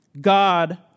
God